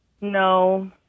No